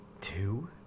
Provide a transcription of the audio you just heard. Two